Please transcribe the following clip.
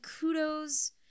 kudos